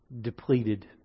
depleted